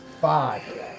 five